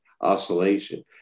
oscillation